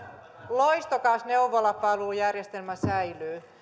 loistokas neuvolapalvelujärjestelmä säilyy